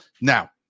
Now